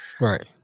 Right